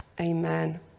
amen